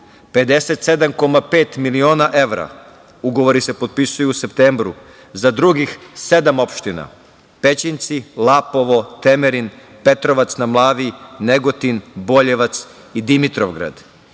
57,5 miliona evra. Ugovori se potpisuju u septembru za drugih sedam opština: Pećinci, Lapovo, Temerin, Petrovac na Mlavi, Negotin, Boljevac i Dimitrovgrad.